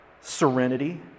serenity